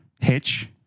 Hitch